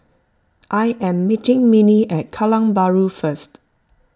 I am meeting Minnie at Kallang Bahru first